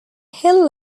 hill